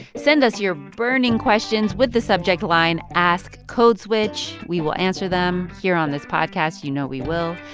send us your burning questions with the subject line ask code switch. we will answer them here on this podcast. you know we will.